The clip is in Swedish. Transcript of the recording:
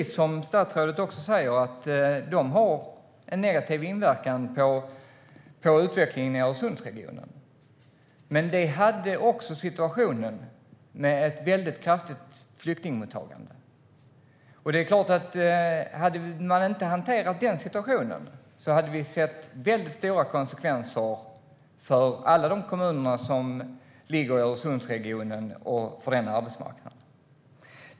Som statsrådet också säger har de naturligtvis en negativ inverkan på utvecklingen i Öresundsregionen. Men situationen var den att man hade ett väldigt kraftigt ökat flyktingmottagande. Hade man inte hanterat den situationen är det klart att det hade blivit stora konsekvenser för arbetsmarknaden i alla de kommuner som finns i Öresundsregionen.